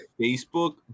Facebook